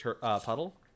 Puddle